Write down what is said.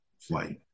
flight